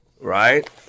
right